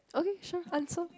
okay sure answer